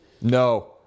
No